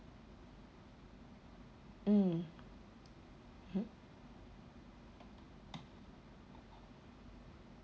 mm mm